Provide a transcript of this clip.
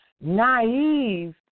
naive